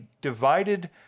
divided